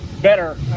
better